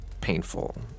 painful